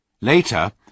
Later